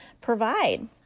provide